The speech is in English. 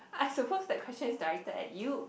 I supposed that question is directed at you